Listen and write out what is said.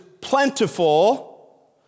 plentiful